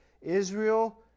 Israel